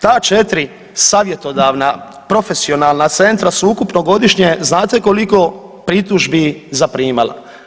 Ta četiri savjetodavna profesionalna centra sveukupno godišnje znate koliko pritužbi zaprimala?